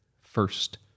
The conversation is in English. first